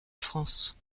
france